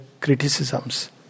criticisms